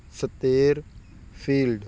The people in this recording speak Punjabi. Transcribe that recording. stator field